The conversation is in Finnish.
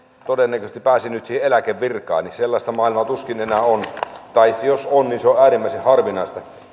todennäköisesti pääsin nyt siihen eläkevirkaani sellaista maailmaa tuskin enää on tai jos on niin se on on äärimmäisen harvinaista